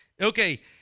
Okay